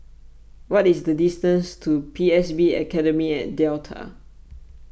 what is the distance to P S B Academy at Delta